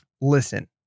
listen